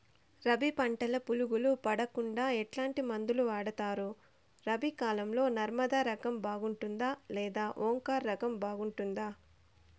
రబి పంటల పులుగులు పడకుండా ఎట్లాంటి మందులు వాడుతారు? రబీ కాలం లో నర్మదా రకం బాగుంటుందా లేదా ఓంకార్ రకం బాగుంటుందా?